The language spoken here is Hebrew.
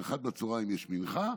וב-13:00 יש מנחה,